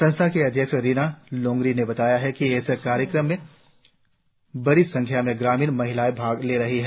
संस्था की अध्यक्ष रिना लोंगरी ने बताया कि इस कार्यक्रम में बड़ी संख्या में ग्रामीण महिलाएं भाग ले रही है